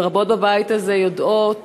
ורבות בבית הזה יודעות,